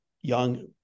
young